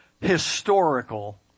historical